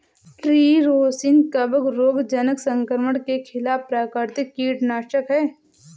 tree rosin कवक रोगजनक संक्रमण के खिलाफ प्राकृतिक कीटनाशक है